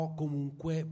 comunque